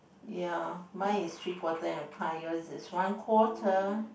ya mine is three quarter and a pie yours is one quarter